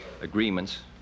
agreements